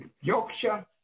Yorkshire